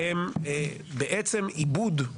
הם בעצם עיבוד.